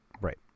Right